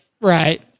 right